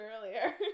earlier